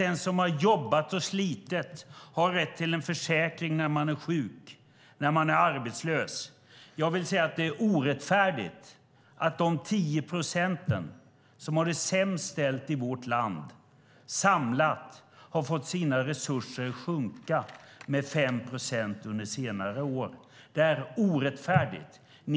Den som jobbat och slitit ska ha rätt till en försäkring när man är sjuk eller arbetslös. Jag vill säga att det är orättfärdigt att de 10 procent som har det sämst ställt i vårt land samlat fått se sina resurser sjunka med 5 procent under senare år. Det är orättfärdigt.